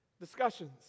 Discussions